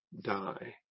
die